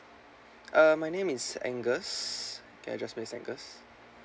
uh my name is angles ya just angles